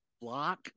Block